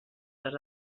les